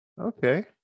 okay